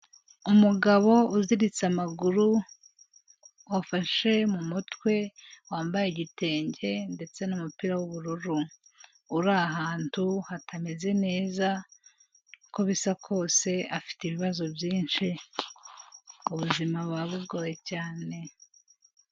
Umugabo uziritse amaguru, wafashe mu mutwe wambaye igitenge ndetse n'umupira w'ubururu, uri ahantu hatameze neza, uko bisa kose afite ibibazo byinshi, ubuzima buba bugoye cyane.